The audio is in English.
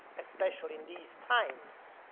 especially in these times,